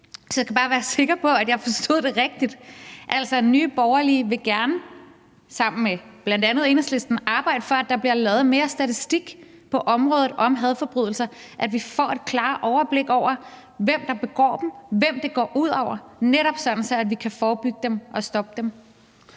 så jeg skal bare være sikker på, at jeg forstod det rigtigt. Altså, Nye Borgerlige vil gerne sammen med bl.a. Enhedslisten arbejde for, at der bliver lavet mere statistik på området vedrørende hadforbrydelser, og at vi får et klarere overblik over, hvem der begår dem, og hvem det går ud over, netop så vi kan forebygge dem og stoppe dem?